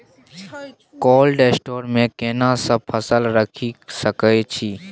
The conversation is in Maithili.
कोल्ड स्टोर मे केना सब फसल रखि सकय छी?